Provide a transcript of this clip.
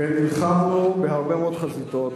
ונלחמנו בהרבה מאוד חזיתות,